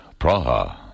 Praha